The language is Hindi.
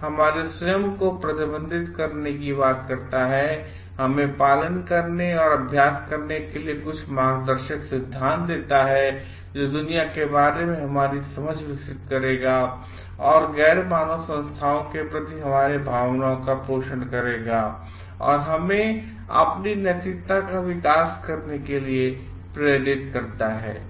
हमारे स्वयं को प्रतिबंधित करने की बात करता है हमें पालन करने और अभ्यास करने के लिए कुछ मार्गदर्शक सिद्धांत देता है जो दुनिया के बारे में हमारी समझ विकसित करेगा और गैर मानव संस्थाओं के लिए हमारी भावनाओं का पोषण करेगा और और हमें अपनी नैतिकता का विकास करने के लिए प्रेरित करता है